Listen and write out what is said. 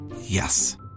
Yes